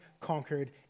conquered